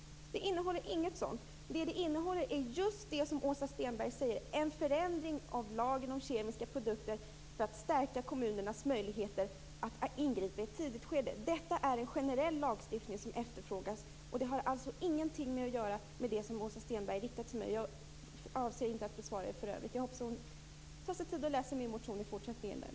Det innehåller inget sådant. Vad det innehåller är just det som Åsa Stenberg säger, en förändring av lagen om kemiska produkter för att stärka kommunernas möjligheter att ingripa i ett tidigt skede. Det är en generell lagstiftning som efterfrågas. Det har ingenting att göra med det som Åsa Stenberg riktar till mig. Jag avser inte att bemöta hennes inlägg i övrigt. Jag hoppas däremot att hon tar sig tid att läsa min motion.